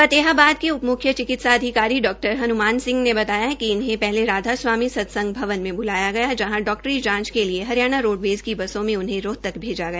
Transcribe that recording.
फतेहाबाद के उप मुख्य चिकित्सा अधिकारी डॉ हनमान सिह ने बताया कि इनहें पहले राधा स्वामी सतसंग भवन में ब्लाया गया जहां डॉक्टरी जांच के बाद हरियाणा रोडवेज की बसों में उन्हें रोहतक भेजा गया